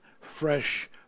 fresh